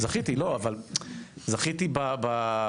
זכיתי, לא, אבל זכיתי בכלום.